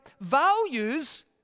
values